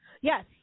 Yes